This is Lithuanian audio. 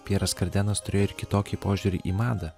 pjeras kardenas turėjo ir kitokį požiūrį į madą